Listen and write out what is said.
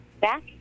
back